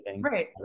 right